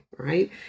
right